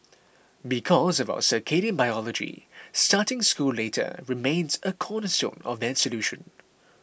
because of our circadian biology starting school later remains a cornerstone of that solution